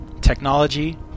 Technology